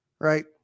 right